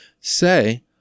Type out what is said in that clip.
Say